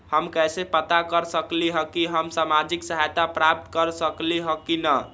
हम कैसे पता कर सकली ह की हम सामाजिक सहायता प्राप्त कर सकली ह की न?